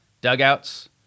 dugouts